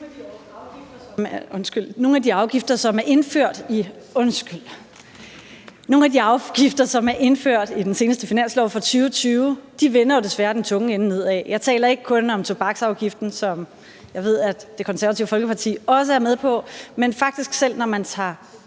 Nogle af de afgifter, som er indført i den seneste finanslov, altså finansloven for 2020, vender jo desværre den tunge ende nedad. Jeg taler ikke kun om tobaksafgiften, som jeg ved at Det Konservative Folkeparti også er med på, men faktisk om, at selv når man tager